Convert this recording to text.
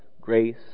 grace